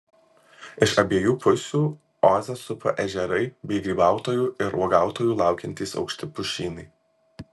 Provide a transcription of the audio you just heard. iš abiejų pusių ozą supa ežerai bei grybautojų ir uogautojų laukiantys aukšti pušynai